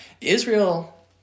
Israel